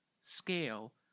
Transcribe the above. scale